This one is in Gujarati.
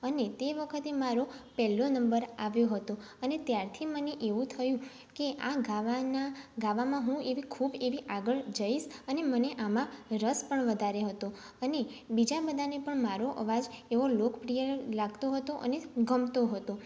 અને તે વખતે મારો પહેલો નંબર આવ્યો હતો અને ત્યારથી મને એવું થયું કે આ ગાવાના ગાવામાં હું એવી ખૂબ એવી આગળ જઇશ અને મને આમાં રસ પણ વધારે હતો અને બીજા બધાને પણ મારો અવાજ એવો લોકપ્રિય લાગતો હતો અને ગમતો હતો